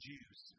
Jews